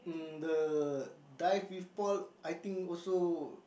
um the dive people I think also